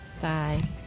Bye